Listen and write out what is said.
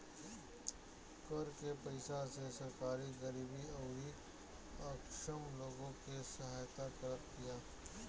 कर के पईसा से सरकार गरीबी अउरी अक्षम लोग के सहायता करत बिया